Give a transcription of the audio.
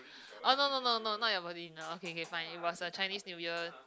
oh no no no no not your birthday dinner okay okay fine it was a Chinese New Year